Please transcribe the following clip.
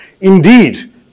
indeed